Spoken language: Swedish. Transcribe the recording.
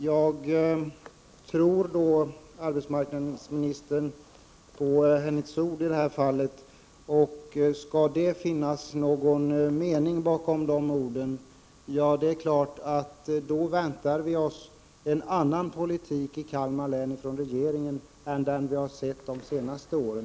Herr talman! Jag tror arbetsmarknadsministern på hennes ord i detta fall. Finns det någon mening bakom de orden, väntar vi oss i Kalmar län en annan politik från regeringen än den vi har sett de senaste åren.